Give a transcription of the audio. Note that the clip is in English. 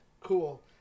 Cool